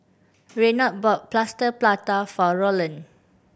Reynold bought Plaster Prata for Rolland